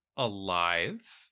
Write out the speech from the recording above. alive